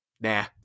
nah